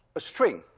a string,